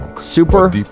Super